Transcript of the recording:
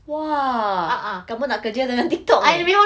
!wah! kamu nak kerja dengan TikTok eh